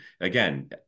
again